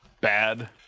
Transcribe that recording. bad